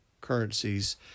currencies